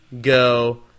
go